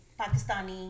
pakistani